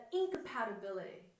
incompatibility